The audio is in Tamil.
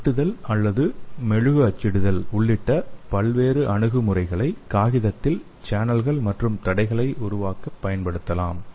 வெட்டுதல் அல்லது மெழுகு அச்சிடுதல் உள்ளிட்ட பல்வேறு அணுகுமுறைகளை காகிதத்தில் சேனல்கள் மற்றும் தடைகளை உருவாக்க பயன்படுத்தலாம்